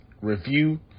review